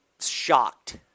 shocked